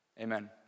Amen